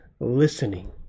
listening